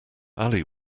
ali